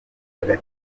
umugore